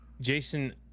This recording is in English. Jason